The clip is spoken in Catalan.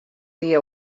dia